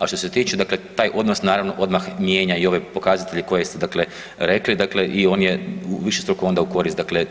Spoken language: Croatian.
A što se tiče dakle, taj odnos naravno, odmah mijenja i ove pokazatelje koje ste dakle rekli dakle i on je višestruko onda u korist dakle